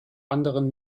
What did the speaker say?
anderen